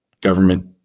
government